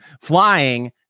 flying